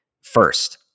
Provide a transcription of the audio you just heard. first